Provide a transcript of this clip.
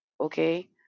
Okay